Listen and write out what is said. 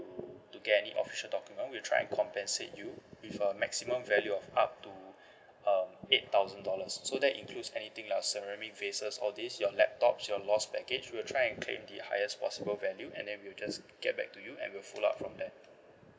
to to get any official document we'll try and compensate you with a maximum value of up to um eight thousand dollars so that includes anything like ceramic vases all these your laptops your lost baggage we will try and claim the highest possible value and then we will just get back to you and we will follow up from there